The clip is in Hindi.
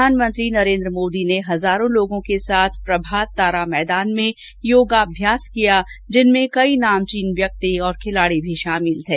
प्रधानमंत्री नरेंद्र मोदी ने हजारों लोगों के साथ प्रभात तारा मैदान में योगाभ्यास किया जिनमें कई नामचीन व्यक्ति खिलाड़ी भी शामिल थे